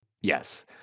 yes